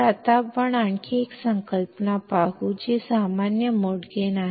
ಆದ್ದರಿಂದ ಈಗ ನಾವು ಇನ್ನೊಂದು ಪರಿಕಲ್ಪನೆಯನ್ನು ನೋಡೋಣ ಅದು ಕಾಮನ್ ಮೋಡ್ ಗೈನ್